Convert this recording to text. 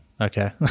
Okay